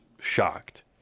shocked